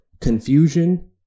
confusion